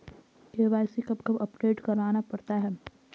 KYC कब कब update करवाना पड़ता है?